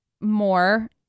more